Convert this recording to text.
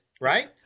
Right